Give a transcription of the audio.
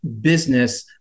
business